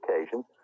occasions